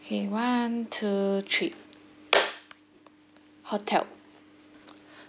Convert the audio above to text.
okay one two three hotel